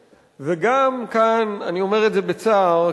גם כאן אני אומר את זה בצער,